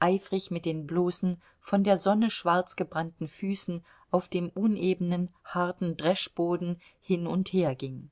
eifrig mit den bloßen von der sonne schwarzgebrannten füßen auf dem unebenen harten dreschboden hin und her ging